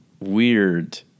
weird